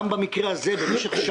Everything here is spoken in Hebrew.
גם במקרה הזה לקח זמן,